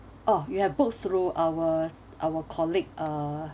oh you have booked through our our colleague uh